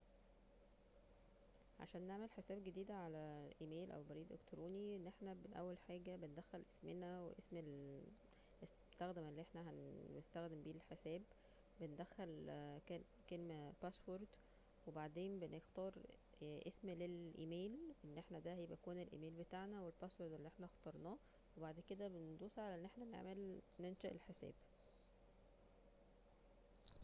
عشان نعمل حساب جديد على ايميل او أي بريد إلكتروني أن احنا بنأول حاجة بندخل اسمنا واسم المستخدم اللي احنا هنستخدم بيه الحساب بندخل كلمه باسورد وبعدين بنختار اسم للايميل أن احنا دا هيكون الايميل بتاعنا والباسورد اللي احنا اختارناه وبعد كده بندوس على أن احنا نعمل ننشئ الحساب